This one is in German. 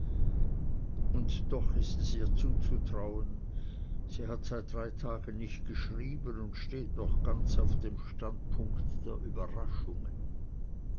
und doch ist es ihr zuzutrauen sie hat seit drei tagen nicht geschrieben und steht noch ganz auf dem standpunkt der überraschungen